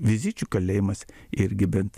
vizičių kalėjimas irgi bent